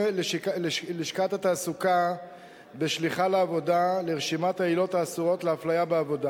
לשכת התעסוקה בשליחה לעבודה לרשימת העילות האסורות להפליה בעבודה